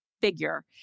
figure